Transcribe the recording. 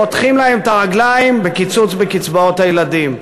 חותכים להם את הרגליים בקיצוץ בקצבאות הילדים.